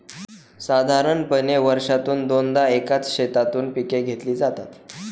साधारणपणे वर्षातून दोनदा एकाच शेतातून पिके घेतली जातात